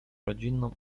rodzinną